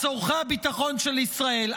----- על צורכי הביטחון של ישראל.